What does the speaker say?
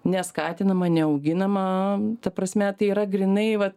neskatinama neauginama ta prasme tai yra grynai vat